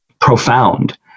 profound